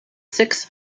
six